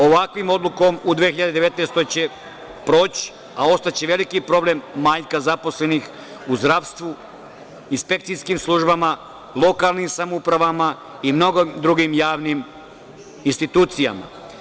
Ovakvom odlukom u 2019. godini će proći, a ostaće veliki problem manjka zaposlenih u zdravstvu, inspekcijskim službama, lokalnim samoupravama i mnogim drugim javnim institucijama.